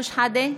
שחאדה,